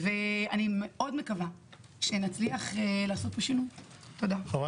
ואני מאוד מקווה שנצליח לעשות פה שינוי, תודה.